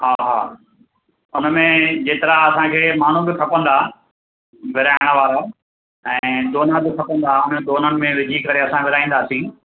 हा हा उन में जेतिरा असां खे माण्हू बि खपंदा विराइण वारा ऐं दोना बि खपंदा हुननि दोननि में विझी करे असां विराईंदासीं